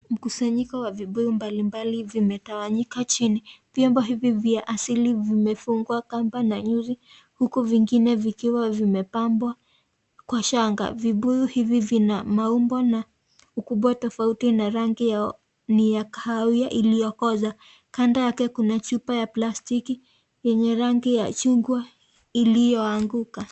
Mkusanyiko wa vibuyu mbalimbali vimetawanyika chini vyombo hivi vya asili vimefungwa kamba na nyusi huku vingine vikiwa vimepambwa kwa shanga vibuyu hivi vina maumbo na ukubwa tafauti na rangi yao ni ya kahawia iliyokoza kando yake kuna chupa ya plastiki yenye rangi ya chungwa iliyoanguka.